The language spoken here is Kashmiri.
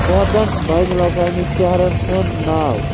پانٛژَن بین الاقوامی شہرَن ہُنٛد ناو